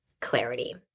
clarity